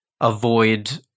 avoid